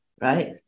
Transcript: right